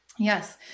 yes